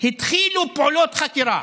התחילו פעולות חקירה.